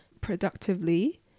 productively